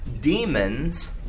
Demons